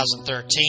2013